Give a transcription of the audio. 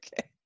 Okay